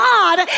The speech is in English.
God